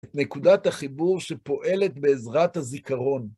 נקודת החיבור שפועלת בעזרת הזיכרון.